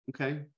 Okay